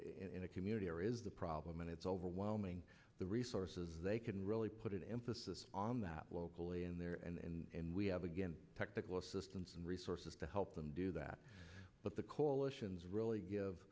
in a community or is the problem and it's overwhelming the resources they can really put an emphasis on that locally in there and we have again technical assistance and resources to help them do that but the